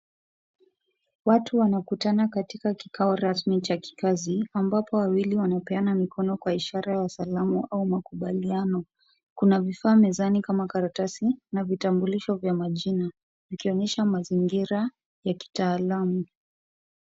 Watu wanakutana katika kikao rasmi cha kikazi ambapo wawili wanapeana mikono kwa ishara ya salamu au makubaliano. Kuna vifaa mezani kama karatasi na vitambulisho vya majinina vikionyesha mazingira ya kitaalamu.